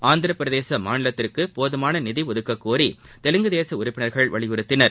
ஆந்திரப்பிரதேச மாநிலத்திற்கு போதமான நிதி நடுதுக்கக்கோரி தெலுங்குதேச உறுப்பினர்கள் வலிபுறுத்தினர்